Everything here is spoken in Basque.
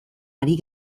ari